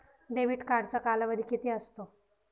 Debit कार्डचा कालावधी किती असतो?